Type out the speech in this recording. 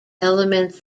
elements